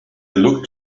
looked